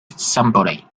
somebody